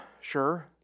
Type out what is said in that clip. sure